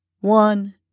one